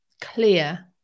clear